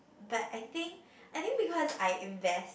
but I think I think because I invest